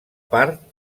part